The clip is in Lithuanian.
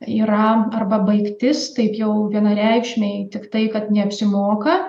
yra arba baigtis taip jau vienareikšmiai tiktai kad neapsimoka